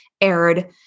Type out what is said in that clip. aired